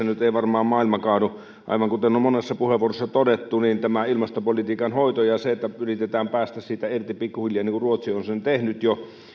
nyt ei varmaan maailma kaadu aivan kuten on on monessa puheenvuorossa todettu tämä ilmastopolitiikan hoito vaatii että yritetään päästä siitä irti pikkuhiljaa niin kuin ruotsi on sen tehnyt jo